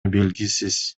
белгисиз